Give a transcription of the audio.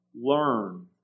learn